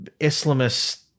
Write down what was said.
Islamist